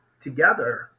together